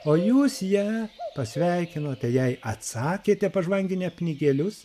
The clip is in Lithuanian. o jūs ją pasveikinote jai atsakėte pažvanginti pinigėlius